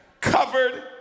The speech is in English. covered